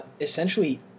essentially